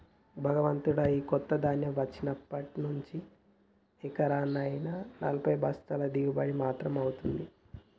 భగవంతుడా, ఈ కొత్త ధాన్యం వచ్చినప్పటి నుంచి ఎకరానా నలభై బస్తాల దిగుబడి మాత్రమే అవుతుంది